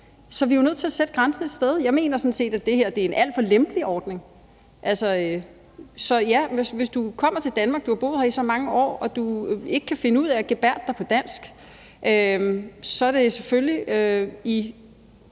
så vi er jo nødt til at sætte grænsen et sted. Jeg mener sådan set, at det her er en alt for lempelige ordning. Så ja, hvis du kommer til Danmark og har boet her i så mange år og ikke kan finde ud af at gebærde dig på dansk, er det selvfølgelig i